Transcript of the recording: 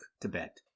Tibet